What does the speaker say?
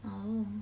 um